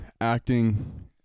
acting